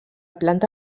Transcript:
planta